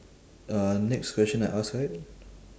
uh next question I ask right